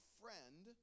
friend